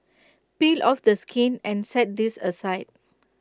peel off the skin and set this aside